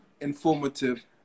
informative